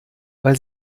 weil